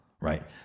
right